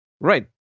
Right